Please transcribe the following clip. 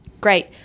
Great